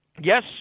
Yes